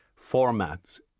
formats